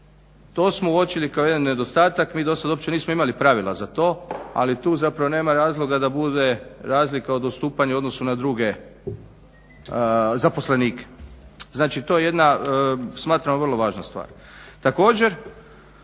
To smo uočili kao jedan nedostatak. Mi dosad uopće nismo imali pravila za to ali tu zapravo nema razloga da bude razlike od odstupanja u odnosu na druge zaposlenike. Znači, to je jedna smatramo vrlo važna stvar.